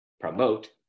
promote